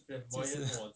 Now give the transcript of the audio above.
这是